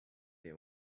they